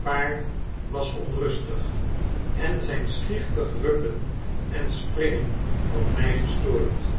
paard was onrustig en zyn schichtig rukken en springen had my gestoord